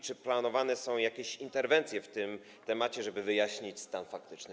Czy planowane są jakieś interwencje w tym temacie, żeby wyjaśnić stan faktyczny?